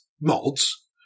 mods